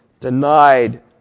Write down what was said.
denied